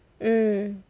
mm